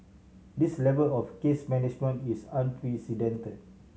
this level of case management is unprecedented